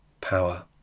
power